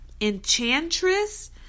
Enchantress